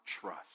trust